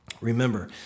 Remember